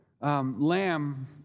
lamb